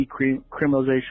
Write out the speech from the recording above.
decriminalization